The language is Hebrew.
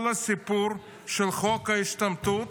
כל הסיפור של חוק ההשתמטות